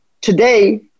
Today